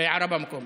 הערה במקום.